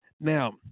now